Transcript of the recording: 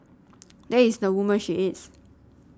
that is the woman she is